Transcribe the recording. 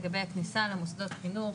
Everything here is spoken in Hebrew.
לגבי הכניסה למוסדות חינוך,